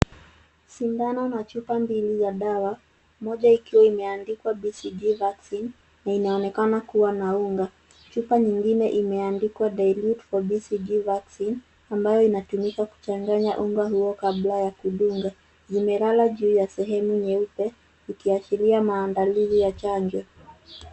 Sindano na chupa mbili ya dawa moja ikiwa imeandikwa cs[BCG Vaccine]cs na inaonekana kuwa na unga. Chupa nyingine imeandikwa cs[dilute for BCG vaccine]cs ambayo inatumika kuchanganya unga huo kabla ya kudunga. Vimelala juu ya sehemu nyeupe zikiashiria maandalizi ya chanjo.